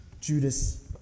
Judas